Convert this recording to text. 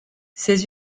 ses